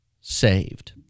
saved